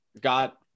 got